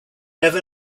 never